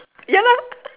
ya lor